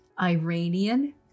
Iranian